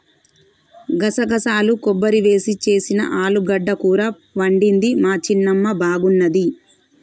గసగసాలు కొబ్బరి వేసి చేసిన ఆలుగడ్డ కూర వండింది మా చిన్నమ్మ బాగున్నది